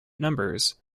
numbers